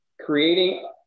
Creating